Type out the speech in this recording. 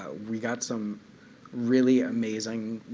ah we got some really amazing,